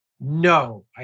No